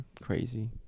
Crazy